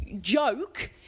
joke